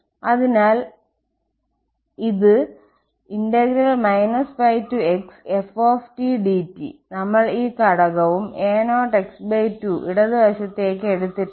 അതിനാൽ ഇതാ അത് xf dt നമ്മൾ ഈ ഘടകവും a0x2 ഇടത് വശത്തേക്ക് എടുത്തിട്ടുണ്ട്